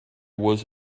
was